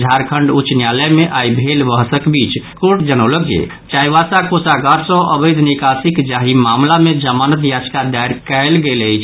झारखंड उच्च न्यायायल मे आई भेल बहसक बीच कोर्ट जनौलक जे चाईबासा कोषागार सऽ अवैध निकासिक जाहि मामिला मे जमानत याचिका दायर कयल गेल अछि